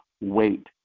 wait